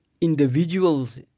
individuals